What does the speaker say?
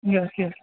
yes yes